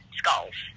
skulls